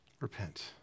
Repent